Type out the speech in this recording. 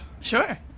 Sure